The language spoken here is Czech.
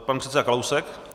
Pan předseda Kalousek.